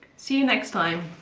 see you next time,